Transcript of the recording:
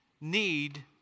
need